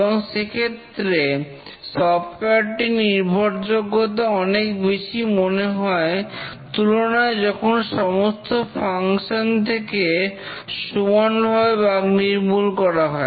এবং সেক্ষেত্রে সফটওয়্যার টির নির্ভরযোগ্যতা অনেক বেশি মনে হয় তুলনায় যখন সমস্ত ফাংশন থেকে সমানভাবে বাগ নির্মূল করা হয়